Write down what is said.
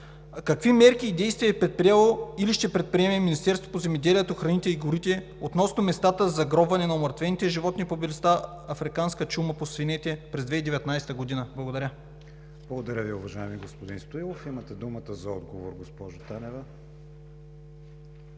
какви мерки и действия е предприело или ще предприеме Министерството на земеделието, храните и горите относно местата на загробване на умъртвените животни от болестта африканска чума по свинете през 2019 г.? Благодаря. ПРЕДСЕДАТЕЛ КРИСТИАН ВИГЕНИН: Благодаря Ви, уважаеми господин Стоилов. Имате думата за отговор, госпожо Танева.